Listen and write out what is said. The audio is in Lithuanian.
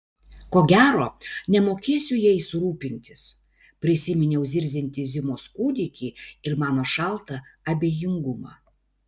ko gero nemokėsiu jais rūpintis prisiminiau zirziantį zimos kūdikį ir mano šaltą abejingumą